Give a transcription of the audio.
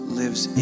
lives